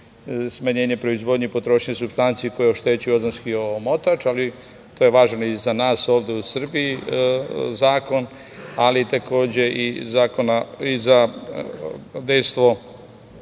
smanjenje proizvodnje i potrošnje supstanci koje oštećuju ozonski omotač, ali to je važan i za nas ovde u Srbiji zakon, ali takođe, i za vest o